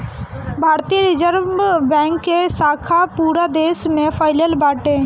भारतीय reserve bank के शाखा पूरा देस में फइलल बाटे